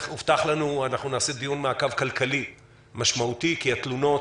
אנחנו נערוך דיון מעקב כלכלי משמעותי כי התלונות